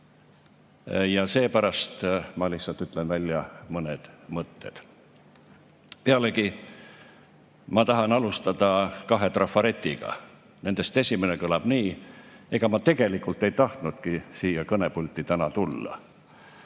ja seepärast ma lihtsalt ütlen välja mõned mõtted. Pealegi ma tahan alustada kahe trafaretiga. Nendest esimene kõlab nii: ega ma tegelikult ei tahtnudki siia kõnepulti täna tulla.